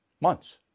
months